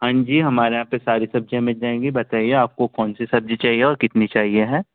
हाँ जी हमारे यहाँ पर सारी सबज़ियाँ मिल जाएँगी बताइए आपको कौन सी सब्ज़ी चाहिए और कितनी चाहिए है